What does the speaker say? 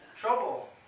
trouble